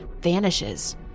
vanishes